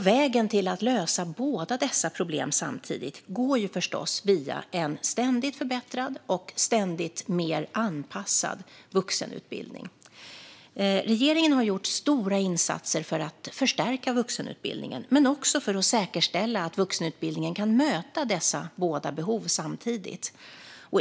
Vägen till att lösa båda dessa problem samtidigt går förstås via en ständigt förbättrad och ständigt mer anpassad vuxenutbildning. Regeringen har gjort stora insatser för att förstärka vuxenutbildningen, men också för att säkerställa att vuxenutbildningen kan möta dessa båda behov samtidigt.